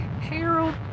Harold